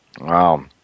Wow